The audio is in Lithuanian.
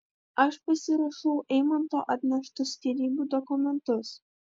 aš pasirašau eimanto atneštus skyrybų dokumentus